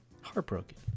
heartbroken